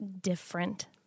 different